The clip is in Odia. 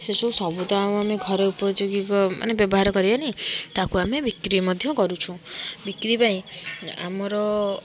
ସେ ସବୁ ସବୁ ତ ଆଉ ଆମେ ଘରେ ଉପଯୋଗୀ ଗ ମାନେ ବ୍ୟବହାର କରିବାନି ତାକୁ ଆମେ ବିକ୍ରି ମଧ୍ୟ କରୁଛୁ ବିକ୍ରି ପାଇଁ ଆମର